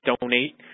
donate